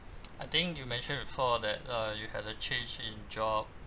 I think you mentioned before that uh you had a change in job